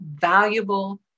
valuable